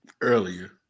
earlier